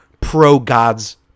pro-God's